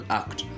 act